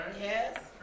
yes